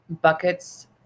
buckets